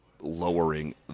lowering